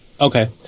Okay